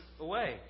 away